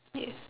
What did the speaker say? yes